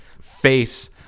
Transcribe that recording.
face